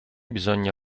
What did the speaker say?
bisogna